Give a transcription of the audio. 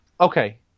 Okay